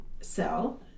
sell